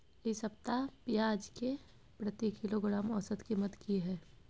इ सप्ताह पियाज के प्रति किलोग्राम औसत कीमत की हय?